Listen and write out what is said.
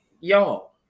y'all